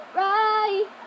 right